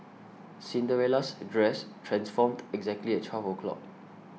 Cinderella's dress transformed exactly at twelve O'clock